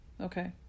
Okay